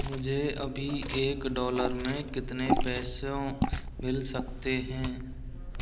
मुझे अभी एक डॉलर में कितने पैसे मिल सकते हैं